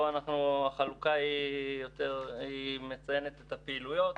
פה החלוקה מציינת את הפעילויות: